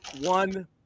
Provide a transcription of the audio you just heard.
one